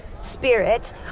spirit